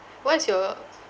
what's your